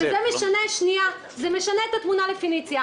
זה משנה את התמונה לפניציה.